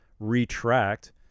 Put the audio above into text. Retract